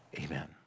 Amen